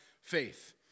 faith